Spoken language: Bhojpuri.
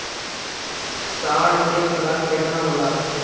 साढ़ के खुराक केतना होला?